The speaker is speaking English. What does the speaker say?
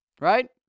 right